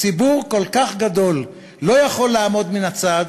ציבור כל כך גדול לא יכול לעמוד מן הצד